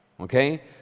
okay